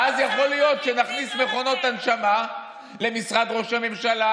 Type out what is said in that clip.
ואז יכול להיות שנכניס מכונות הנשמה למשרד ראש הממשלה,